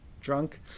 drunk